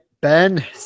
Ben